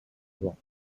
rotten